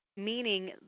Meaning